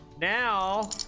Now